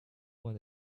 want